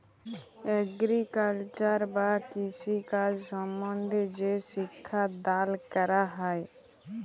agriculture বা কৃষিকাজ সম্বন্ধে যে শিক্ষা দাল ক্যরা হ্যয়